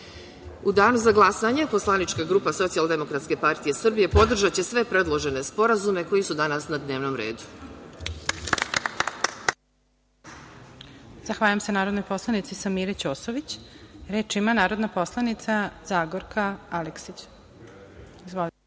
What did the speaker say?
danu za glasanje poslaničke grupa Socijaldemokratske partije Srbije podržaće sve predložene sporazume koji su danas na dnevnom redu. **Elvira Kovač** Zahvaljujem se narodnoj poslanici Samiri Ćosović. Reč ima narodna poslanica Zagorka Aleksić. **Zagorka